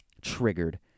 triggered